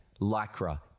Lycra